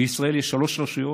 בישראל יש שלוש רשויות.